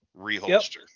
reholster